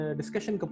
discussion